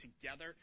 together